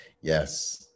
yes